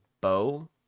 Bow